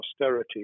austerity